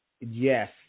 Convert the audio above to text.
Yes